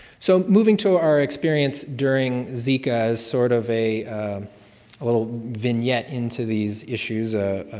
so, moving to our experience during zika is sort of a little vignette into these issues. ah